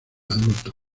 adulto